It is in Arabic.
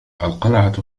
القلعة